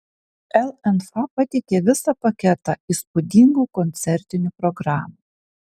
lnf pateikė visą paketą įspūdingų koncertinių programų